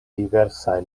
diversaj